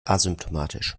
asymptomatisch